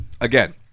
Again